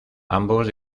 ambos